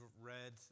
read